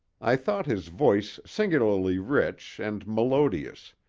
i thought his voice singularly rich and melodious,